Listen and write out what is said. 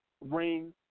ring